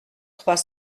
trois